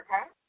okay